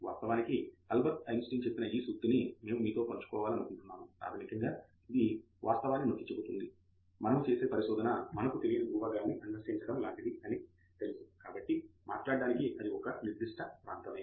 వాస్తవానికి Albert Einstein చెప్పిన ఈ సూక్తి ని మేము మీతో పంచుకోవాలనుకుంటున్నాను ప్రాథమికంగా ఇది వాస్తవాన్ని నొక్కి చెబుతుంది మనము చేసే పరిశోధన మనకు తెలియని భూభాగాన్ని అన్వేషించడం లాంటిది అని తెలుసు కాబట్టి మాట్లాడటానికి అది ఒక నిర్దిష్ట ప్రాంతమే